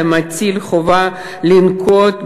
אלא מטיל חובה לנקוט,